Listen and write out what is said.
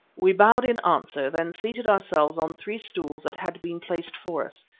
we bowed in answer, then seated ourselves on three stools that had been placed for us,